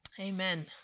Amen